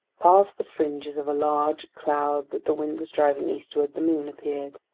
past the fringes of a large cloud that the wind was driving eastward, the moon appeared.